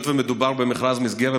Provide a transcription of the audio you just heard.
היות שמדובר במכרז מסגרת,